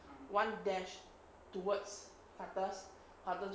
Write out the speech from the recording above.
one dash towards karthus